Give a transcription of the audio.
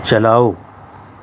چلاؤ